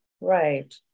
Right